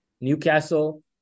Newcastle